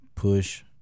Push